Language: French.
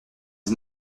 dix